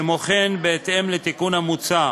כמו כן, בהתאם לתיקון המוצע,